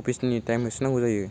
अफिसनि टाइम होसोनांगौ जायो